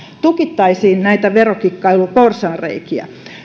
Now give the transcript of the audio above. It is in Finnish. tukittaisiin näitä verokikkailun porsaanreikiä